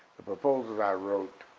the proposals i wrote